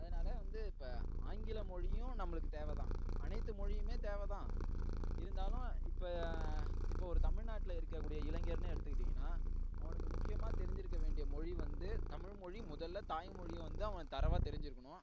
அதனால் வந்து இப்போ ஆங்கில மொழியும் நம்மளுக்கு தேவை தான் அனைத்து மொழியும் தேவை தான் இருந்தாலும் இப்போ இப்போ ஒரு தமிழ்நாட்டில் இருக்கக்கூடிய இளைஞர்னு எடுத்துகிட்டிங்கனா அவனுக்கு முக்கியமாக தெரிஞ்சிருக்க வேண்டிய மொழி வந்து தமிழ் மொழி முதலில் தாய் மொழியை வந்து அவன் தரோவா தெரிஞ்சிருக்கணும்